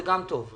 זה גם טוב.